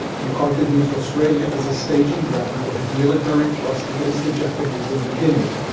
macarthur used australia as a staging ground for his military thrust against the japanese in new guinea.